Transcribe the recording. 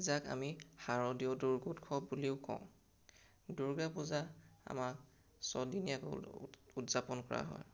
যাক আমি শাৰদীয় দুৰ্গোৎসৱ বুলিও কওঁ দ্ৰ্গা পূজা আমাৰ ছদিনীয়াকৈ উদ উদযাপন কৰা হয়